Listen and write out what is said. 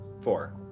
four